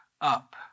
up